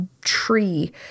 tree